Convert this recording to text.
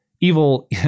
evil